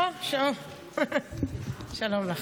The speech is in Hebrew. אוה, שלום לך.